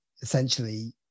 essentially